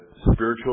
spiritual